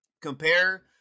compare